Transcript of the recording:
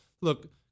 Look